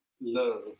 Love